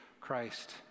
Christ